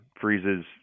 freezes